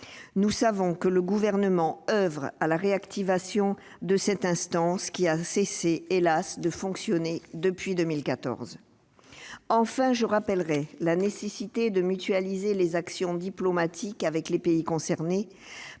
Nous savons que le Gouvernement oeuvre à la réactivation de cette instance qui a, hélas, cessé de fonctionner en 2014. Enfin, je rappellerai la nécessité de mutualiser les actions diplomatiques avec les pays concernés